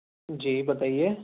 جی بتائیے